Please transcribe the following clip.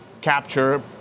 capture